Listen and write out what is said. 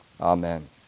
Amen